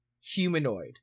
humanoid